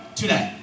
today